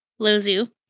Lozu